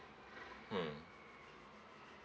mm